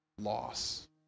loss